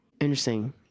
interesting